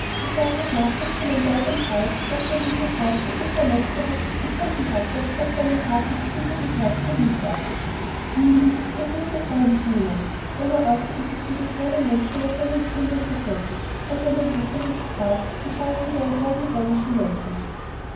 und nach und nach wußte man weit und breit daß der wilde graf zu guter letzt noch etwas gefunden hatte was seinem harten verbitterten herzen lieb war wie lieb das wußte freilich niemand denn er äußerte sich gegen keinen menschen über seine empfindung für cedrik und wenn er je von ihm sprach geschah es mit einem halb ironischen lächeln